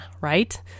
right